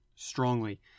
Strongly